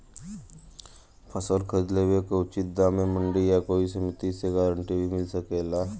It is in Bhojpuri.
फसल खरीद लेवे क उचित दाम में मंडी या कोई समिति से गारंटी भी मिल सकेला?